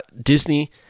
Disney